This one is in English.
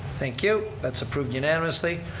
thank you. that's approved unanimously.